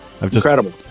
Incredible